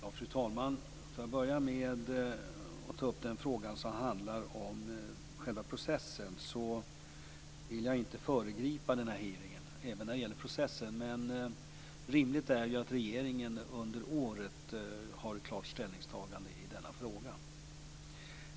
Fru talman! Jag vill börja med att ta upp den fråga som handlar om själva processen. Jag vill inte föregripa den hearing som skall hållas, men det är rimligt att regeringen under året gör ett klart ställningstagande i denna fråga.